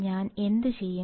ഞാൻ എന്തു ചെയ്യും